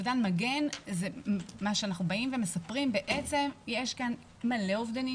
יש הרבה אובדנים,